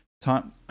time